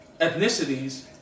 ethnicities